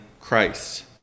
Christ